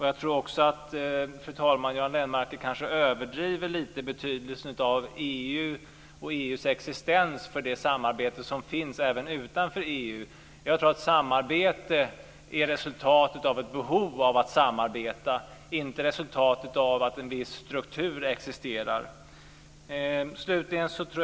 Jag tror också, fru talman, att Göran Lennmarker överdriver betydelsen av EU:s existens för det samarbete som finns även utanför EU. Jag tror att samarbete är resultatet av ett behov av att samarbeta och inte ett resultat av att en viss struktur existerar. Fru talman!